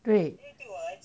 对